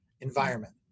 environment